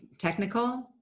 technical